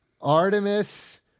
Artemis